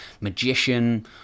magician